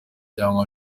cyangwa